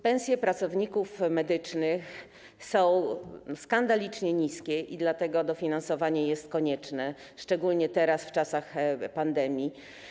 Pensje pracowników medycznych są skandalicznie niskie i dlatego dofinansowanie jest konieczne, szczególnie teraz, w czasach pandemii.